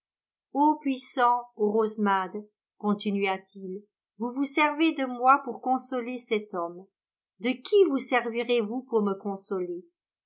puissant orosmade continua-t-il vous vous servez de moi pour consoler cet homme de qui vous servirez vous pour me consoler